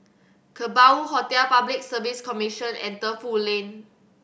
Kerbau Hotel Public Service Commission and Defu Lane